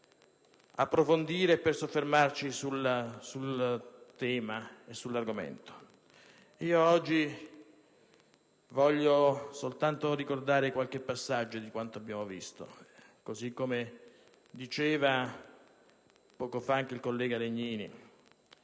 approfondire e soffermarci sull'argomento. Io oggi voglio soltanto ricordare qualche passaggio di quanto abbiamo visto, così come diceva poco fa anche il collega Legnini.